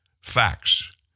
facts